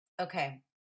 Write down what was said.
Okay